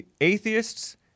Atheists